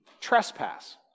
trespass